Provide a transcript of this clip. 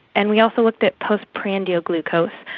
and we also looked at post-prandial glucose,